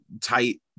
tight